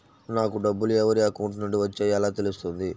నాకు డబ్బులు ఎవరి అకౌంట్ నుండి వచ్చాయో ఎలా తెలుస్తుంది?